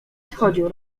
odchodził